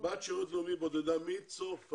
בת שירות לאומי בודדה מצרפת.